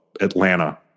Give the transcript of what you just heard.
Atlanta